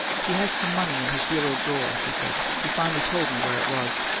he has some money in his bureau drawer, she said. he finally told me where it was.